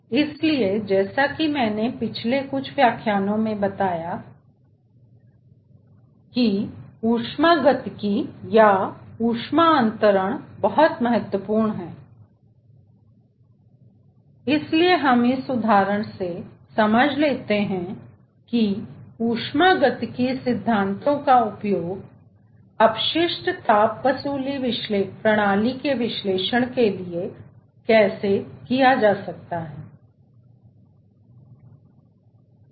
इसलिए जैसा कि मैंने पिछले कुछ व्याख्यान में बताया है कि ऊष्मागतिकी और ऊष्मा अंतरण बहुत महत्वपूर्ण हैं इसलिए हम इस उदाहरण से समझ सकते हैं कि ऊष्मागतिकीय सिद्धांतों का उपयोग अपशिष्ट ताप वसूली प्रणाली के विश्लेषण के लिए कैसे किया जा सकता है